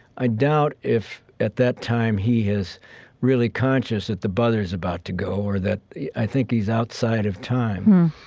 i doubt if, at that time, he is really conscious that the buzzer's about to go or that i think he's outside of time.